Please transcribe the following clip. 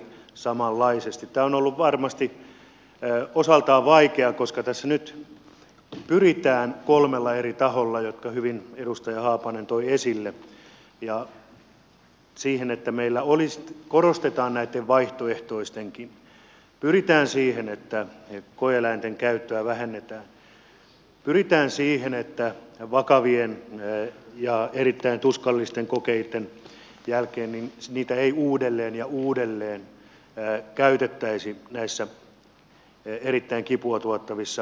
tämä on ollut varmasti osaltaan vaikeaa koska tässä nyt pyritään kolmella eri taholla jotka hyvin edustaja haapanen toi esille siihen että meillä korostetaan näitä vaihtoehtoisiakin pyritään siihen että koe eläinten käyttöä vähennetään pyritään siihen että vakavien ja erittäin tuskallisten kokeitten jälkeen niitä ei uudelleen ja uudelleen käytettäisi näissä erittäin paljon kipua tuottavissa kokeissa